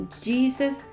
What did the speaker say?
Jesus